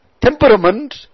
temperament